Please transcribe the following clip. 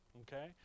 Okay